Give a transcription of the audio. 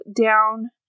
down